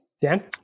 dan